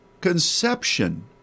conception